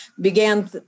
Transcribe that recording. began